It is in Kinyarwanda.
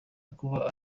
kuba